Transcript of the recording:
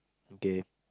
okay